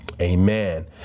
Amen